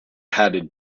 padded